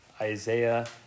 Isaiah